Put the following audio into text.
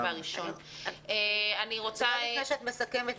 אולי לפני שאת מסכמת,